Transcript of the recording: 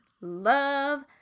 love